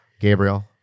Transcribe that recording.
Gabriel